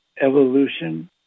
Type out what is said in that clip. evolution